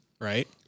Right